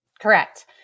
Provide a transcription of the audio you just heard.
Correct